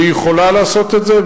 והיא יכולה לעשות את זה,